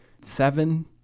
seven